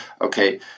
okay